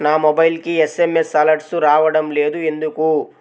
నా మొబైల్కు SMS alerts రావడం లేదు ఎందుకు?